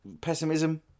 pessimism